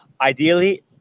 ideally